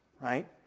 right